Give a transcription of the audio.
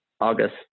August